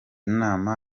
nama